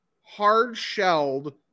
hard-shelled